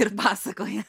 ir pasakoja